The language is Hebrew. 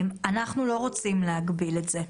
אנחנו לא רוצים להגביל את זה.